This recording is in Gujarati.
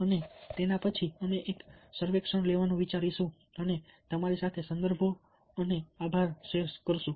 અને પછી અમે એક સર્વેક્ષણ લેવાનું વિચારીશું અને તમારી સાથે સંદર્ભો અને આભાર શેર કરીશું